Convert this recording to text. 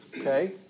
Okay